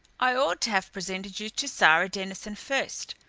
i ought to have presented you to sara denison first.